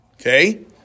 Okay